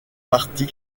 partie